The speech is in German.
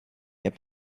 app